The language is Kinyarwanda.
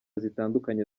zitandukanye